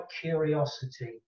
curiosity